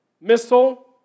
missile